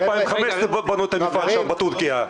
כבר ב-2015 בנו את המפעל בטורקיה.